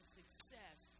success